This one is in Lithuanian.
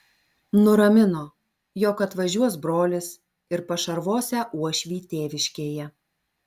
nuramino jog atvažiuos brolis ir pašarvosią uošvį tėviškėje